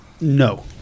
No